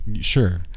sure